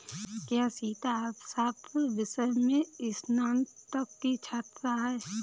क्या सीता अर्थशास्त्र विषय में स्नातक की छात्रा है?